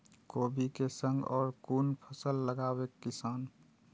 कोबी कै संग और कुन फसल लगावे किसान?